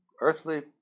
earthly